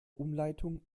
umleitung